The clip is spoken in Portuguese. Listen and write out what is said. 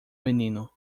menino